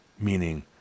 meaning